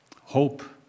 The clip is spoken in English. hope